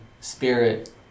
Spirit